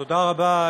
תודה רבה,